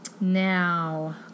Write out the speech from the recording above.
Now